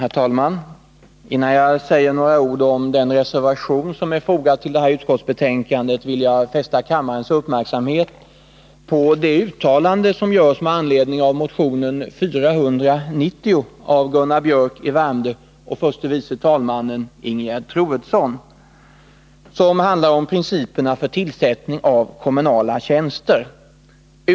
Herr talman! Innan jag säger några ord om den reservation som är fogad till utskottsbetänkandet vill jag fästa kammarens uppmärksamhet på det uttalande utskottet gör med anledning av motionen 490 av Gunnar Biörck i Värmdö och förste vice talmannen Ingegerd Troedsson om principerna för tillsättning av kommunala tjänster.